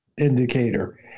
indicator